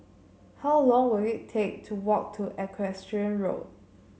how long will it take to walk to Equestrian Walk